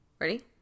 Ready